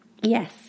Yes